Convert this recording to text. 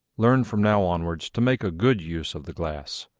learn from now onwards to make a good use of the glass.